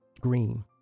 green